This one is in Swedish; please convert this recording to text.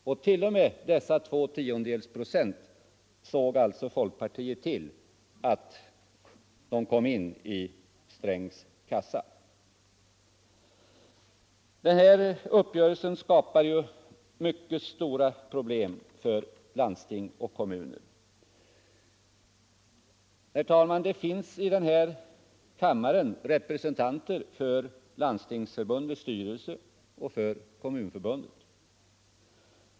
Folkpartiet såg alltså till att t.o.m. dessa två tiondels procent kom in i Strängs kassa. Herr talman! Hagauppgörelsen skapar mycket stora problem för landsting cch kommuner. Det finns i denna kammare representanter för Landstingsförbundets styrelse och för Kommunförbundet.